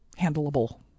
handleable